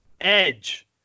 Edge